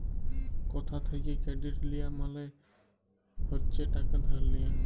কথা থ্যাকে কেরডিট লিয়া মালে হচ্ছে টাকা ধার লিয়া